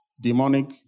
demonic